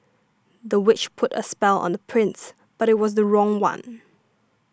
the witch put a spell on the prince but it was the wrong one